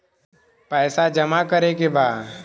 पैसा जमा करे के बा?